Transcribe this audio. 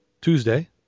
Tuesday